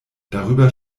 darüber